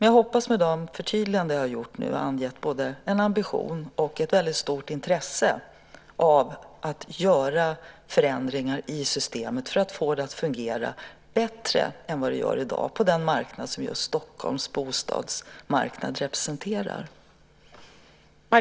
Jag hoppas att det med de förtydliganden jag har gjort framgår att jag har både en ambition och ett väldigt stort intresse för att göra förändringar i systemet för att få det att fungera bättre än det gör i dag på den marknad som just Stockholms bostadsmarknad representerar.